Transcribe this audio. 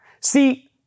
See